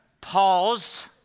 Pause